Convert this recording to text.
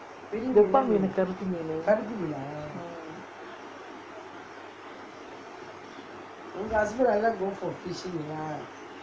Japan மீனு கருப்பு மீனு:japan meenu karuppu meenu